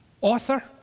Author